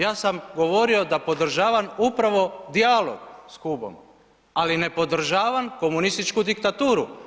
Ja sam govorio da podržavam upravo dijalog s Kubom, ali ne podržavam komunističku diktaturu.